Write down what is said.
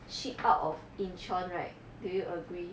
shit out of incheon right do you agree